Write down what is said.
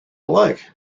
like